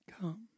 Come